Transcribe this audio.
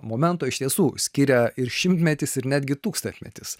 momento iš tiesų skiria ir šimtmetis ir netgi tūkstantmetis